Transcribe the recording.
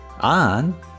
on